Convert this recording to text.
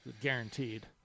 guaranteed